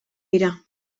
dira